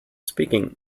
speaking